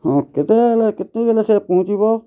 ହଁ କେତେବେଲେ କେତିକିବେଲେ ସେ ପହଞ୍ଚିବ